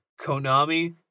Konami